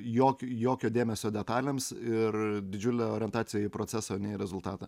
jokio jokio dėmesio detalėms ir didžiulė orientacija į proceso rezultatą